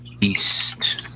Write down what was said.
east